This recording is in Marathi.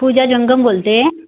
पूजा जंगम बोलते आहे